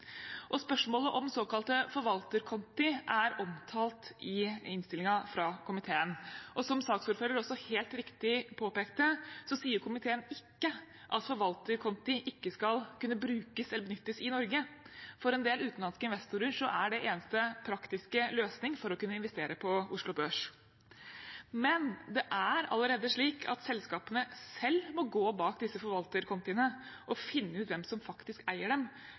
Spørsmålet om såkalte forvalterkonti er omtalt i innstillingen fra komiteen. Som saksordføreren helt riktig påpekte, sier komiteen ikke at forvalterkonti ikke skal kunne brukes eller benyttes i Norge. For en del utenlandske investorer er det eneste praktiske løsning for å kunne investere på Oslo Børs. Men det er allerede slik at selskapene selv må gå bak disse forvalterkontiene og finne ut hvem som faktisk eier dem,